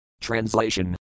Translation